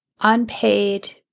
unpaid